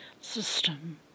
system